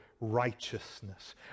righteousness